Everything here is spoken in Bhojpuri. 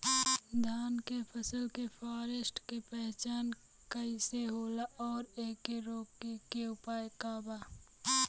धान के फसल के फारेस्ट के पहचान कइसे होला और एके रोके के उपाय का बा?